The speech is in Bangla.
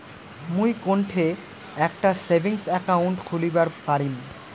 মুই কোনঠে একটা সেভিংস অ্যাকাউন্ট খুলিবার পারিম?